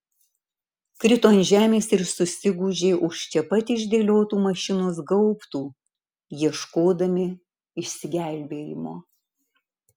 krito ant žemės ir susigūžė už čia pat išdėliotų mašinos gaubtų ieškodami išsigelbėjimo